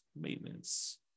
Maintenance